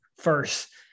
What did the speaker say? first